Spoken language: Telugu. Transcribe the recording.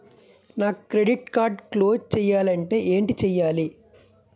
నా క్రెడిట్ కార్డ్ క్లోజ్ చేయాలంటే ఏంటి చేయాలి?